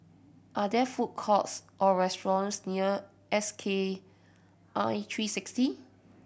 are there food courts or restaurants near S K I three sixty